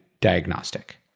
Diagnostic